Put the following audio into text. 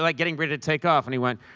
like getting ready to take off. and he went,